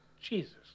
Jesus